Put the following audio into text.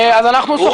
הוא בעד, אין בעיה.